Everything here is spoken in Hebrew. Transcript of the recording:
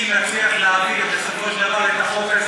אם נצליח להעביר בסופו של דבר את החוק,